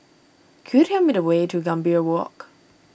could you tell me the way to Gambir Walk